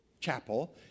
chapel